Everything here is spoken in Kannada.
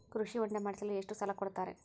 ಕೃಷಿ ಹೊಂಡ ಮಾಡಿಸಲು ಎಷ್ಟು ಸಾಲ ಕೊಡ್ತಾರೆ?